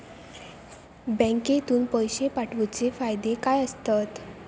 बँकेतून पैशे पाठवूचे फायदे काय असतत?